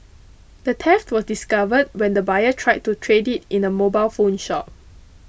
the theft was discovered when the buyer tried to trade it in a mobile phone shop